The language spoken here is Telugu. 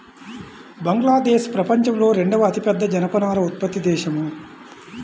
బంగ్లాదేశ్ ప్రపంచంలో రెండవ అతిపెద్ద జనపనార ఉత్పత్తి దేశం